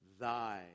thy